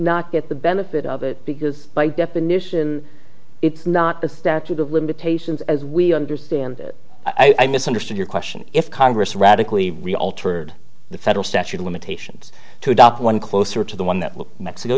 not get the benefit of it because by definition it's not the statute of limitations as we understand i misunderstood your question if congress radically altered the federal statute limitations to adopt one closer to the one that